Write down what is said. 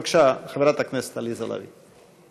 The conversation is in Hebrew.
בבקשה, חברת הכנסת עליזה לביא.